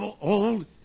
old